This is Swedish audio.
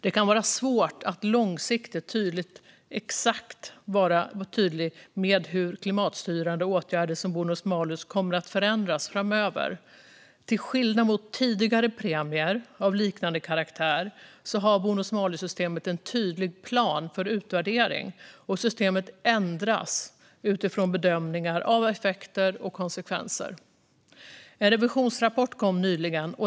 Det kan vara svårt att vara långsiktigt tydlig med exakt hur klimatstyrande åtgärder som bonus-malus kommer att förändras framöver. Till skillnad från tidigare premier av liknande karaktär har bonus-malus-systemet en tydlig plan för utvärdering, och systemet ändras utifrån bedömningar av effekter och konsekvenser. En revisionsrapport kom nyligen.